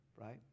right